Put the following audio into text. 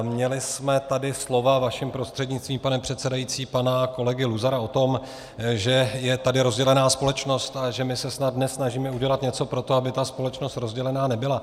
Měli jsme tady slova, vaším prostřednictvím, pane předsedající, pana kolegy Luzara o tom, že je tady rozdělená společnost a že my se snad dnes snažíme udělat něco pro to, aby ta společnost rozdělená nebyla.